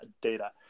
data